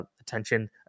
attention